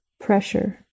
pressure